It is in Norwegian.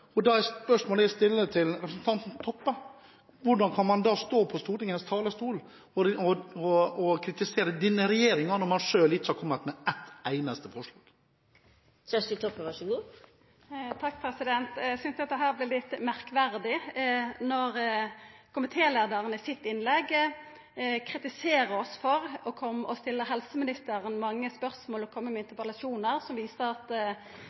Og da er spørsmålet jeg stiller til representanten Toppe: Hvordan kan man stå på Stortingets talerstol og kritisere denne regjeringen, når man selv ikke har kommet med et eneste forslag? Eg synest dette vert litt merkverdig. Komiteleiaren kritiserer oss i sitt innlegg for å stilla helseministeren mange spørsmål og koma med interpellasjonar som viser at